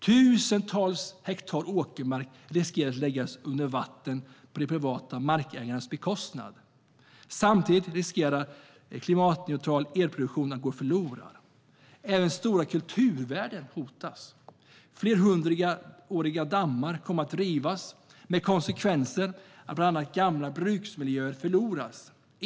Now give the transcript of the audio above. Tusentals hektar åkermark riskerar att läggas under vatten på de privata markägarnas bekostnad. Samtidigt riskerar klimatneutral elproduktion att gå förlorad. Även stora kulturvärden hotas - flerhundraåriga dammar kommer att rivas, med konsekvensen att bland annat gamla bruksmiljöer förloras.